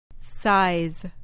size